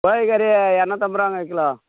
கோழி கறி இரநூத்தி ஐம்பதுரூவாங்க கிலோ